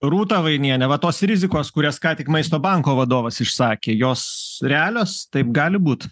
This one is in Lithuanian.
rūta vainiene va tos rizikos kurias ką tik maisto banko vadovas išsakė jos realios taip gali būt